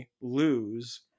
lose